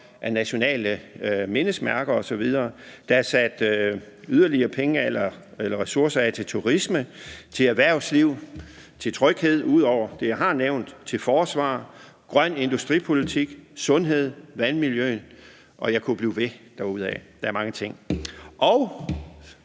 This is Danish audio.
af nationale mindesmærker osv. Der er sat yderligere ressourcer af til turisme, erhvervsliv, tryghed, forsvar, grøn industripolitik, sundhed og vandmiljø – og jeg kunne blive ved derudad; der er mange ting.